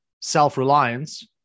self-reliance